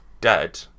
dead